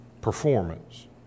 performance